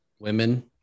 women